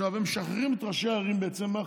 עכשיו, הם משחררים בעצם את ראשי הערים מאחריות.